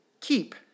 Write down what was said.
keep